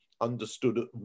understood